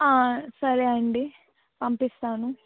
సరే అండి పంపిస్తాను